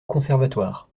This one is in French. conservatoire